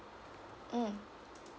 mm